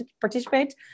participate